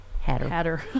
hatter